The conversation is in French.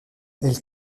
elle